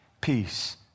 peace